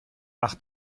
nach